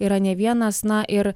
yra ne vienas na ir